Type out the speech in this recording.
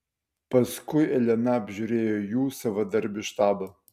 paskui elena apžiūrėjo jų savadarbį štabą